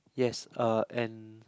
yes uh and